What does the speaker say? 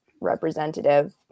representative